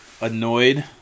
annoyed